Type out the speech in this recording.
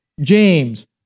James